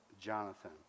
Jonathan